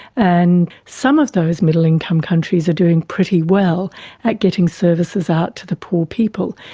and some of those middle income countries are doing pretty well at getting services out to the poor people.